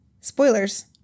Spoilers